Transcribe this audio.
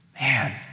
man